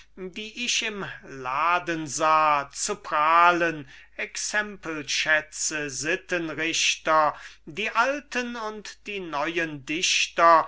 die ich im laden sah zu prahlen exempelschätze sittenrichter die alten und die neuen dichter